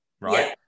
Right